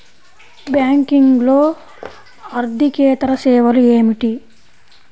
బ్యాంకింగ్లో అర్దికేతర సేవలు ఏమిటీ?